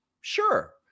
Sure